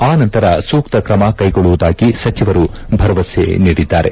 ಆ ನಂತರ ಸೂಕ್ತ ಕ್ರಮ ಕೈಗೊಳ್ಳುವುದಾಗಿ ಸಚಿವರು ಭರವಸೆ ನೀಡಿದ್ದಾರೆ